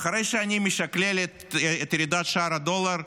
אחרי שאני משקלל את ירידת שער הדולר,